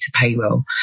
payroll